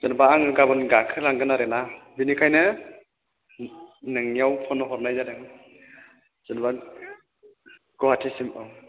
जेनोबा आङो गाबोन गाखोलांगोन आरोना बेनिखायनो नोंनियाव फन हरनाय जादों जेन'बा गुवाहाटिसिम औ